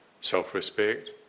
self-respect